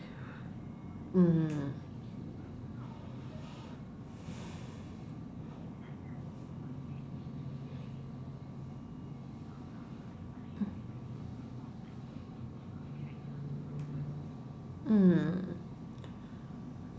mm mm